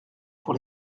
pour